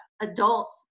adults